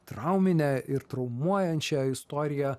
trauminę ir traumuojančią istoriją